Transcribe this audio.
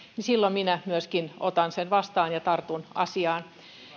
silloin minä myöskin otan sen vastaan ja tartun asiaan